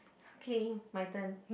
okay my turn